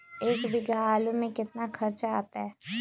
एक बीघा आलू में केतना खर्चा अतै?